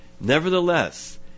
nevertheless